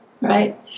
right